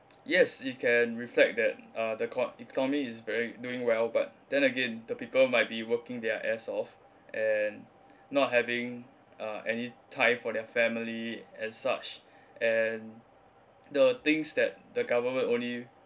yes it can reflect that uh the co~ economy is very doing well but then again the people might be working their ass off and not having uh any time for their family and such and the things that the government only